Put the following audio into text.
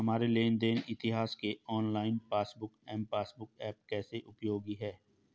हमारे लेन देन इतिहास के online passbook M passbook app कैसे उपयोगी है?